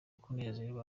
kunezerwa